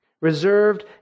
reserved